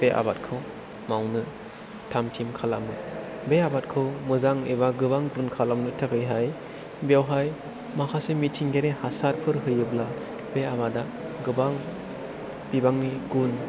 बे आबादखौ मावनो थामथिम खालामो बे आबादखौ मोजां एबा गोबां गुन खालामनो थाखायहाय बेयावहाय माखासे मिथिंगायारि हासारफोर होयोब्ला बे आबादा गोबां बिबांनि गुन